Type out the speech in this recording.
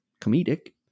comedic